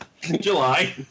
July